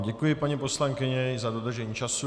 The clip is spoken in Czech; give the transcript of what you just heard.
Děkuji vám, paní poslankyně, i za dodržení času.